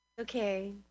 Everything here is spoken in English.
Okay